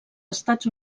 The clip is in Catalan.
estats